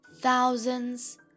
thousands